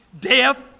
Death